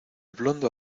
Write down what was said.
blondo